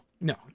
no